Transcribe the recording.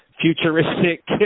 futuristic